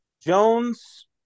Jones